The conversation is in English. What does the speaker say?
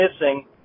missing